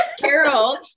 Carol